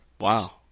Wow